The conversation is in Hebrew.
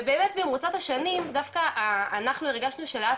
ובאמת במרוצת השנים דווקא אנחנו הרגשנו שלאט